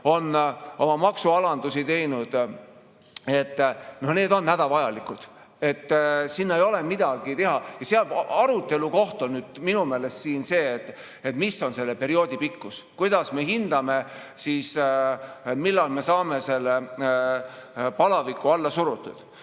on oma maksualandusi teinud. Need on hädavajalikud, et seal ei ole midagi teha. Arutelu koht on minu meelest siin see, milline on selle perioodi pikkus, kuidas me hindame, millal me saame palaviku alla surutud.